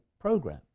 program